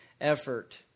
effort